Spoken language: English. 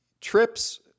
Trips